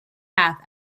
path